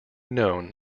known